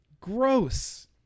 Gross